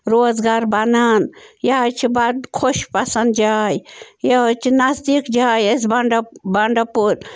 روزگار بنان یہِ حظ چھِ بَڑٕ خۄش پسنٛد جاے یہِ حظ چھِ نزدیٖک جاے اسہِ بَنٛڈ بَنٛڈٕپوٗر